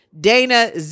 Dana